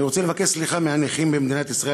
אני רוצה לבקש סליחה מהנכים במדינת ישראל,